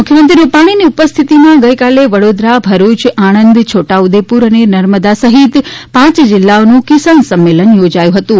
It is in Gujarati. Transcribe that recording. મુખ્યમંત્રી રૂપાણીની ઉપસ્થિતિમાં ગઈકાલે વડોદરા ભરૂચ આણંદ છોટા ઉદેપુર અને નર્મદા સહિત પાંચ જિલ્લાઓનુ કિસાન સંમેલન યોજાયુ હતુ